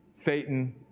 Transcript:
Satan